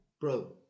Bro